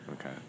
Okay